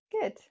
Good